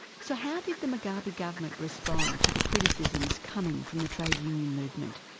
so how did the mugabe government respond to the criticisms coming from the trade union movement?